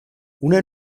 una